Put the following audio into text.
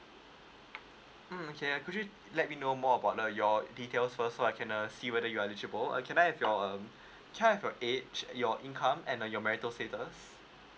mm okay could you let me know more about uh your details first so I can err see whether you are eligible can I have your um can I have your age at your income and err your marital status